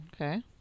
okay